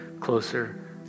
closer